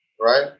right